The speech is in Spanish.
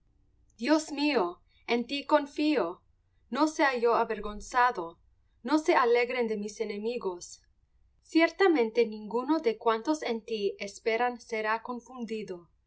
dios mío en ti confío no sea yo avergonzado no se alegren de mí mis enemigos ciertamente ninguno de cuantos en ti esperan será confundido